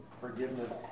forgiveness